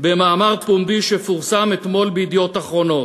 במאמר פומבי שפורסם אתמול ב"ידיעות אחרונות",